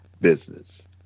business